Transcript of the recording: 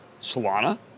Solana